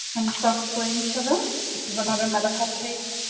princess bling to this. this this is another medical tape